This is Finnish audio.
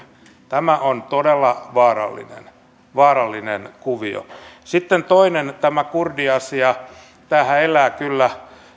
tämä on todella vaarallinen vaarallinen kuvio sitten toinen tämä kurdiasia tämähän elää kyllä